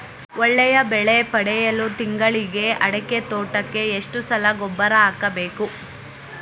ಒಳ್ಳೆಯ ಬೆಲೆ ಪಡೆಯಲು ತಿಂಗಳಲ್ಲಿ ಅಡಿಕೆ ತೋಟಕ್ಕೆ ಎಷ್ಟು ಸಲ ಗೊಬ್ಬರ ಹಾಕಬೇಕು?